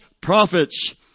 prophets